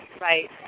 Right